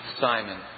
Simon